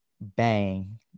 bang